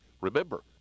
Remember